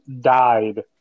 died